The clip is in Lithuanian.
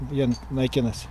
vien naikinasi